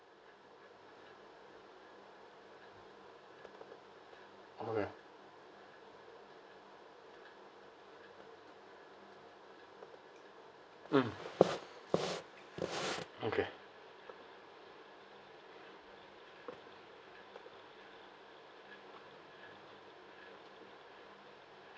okay mm okay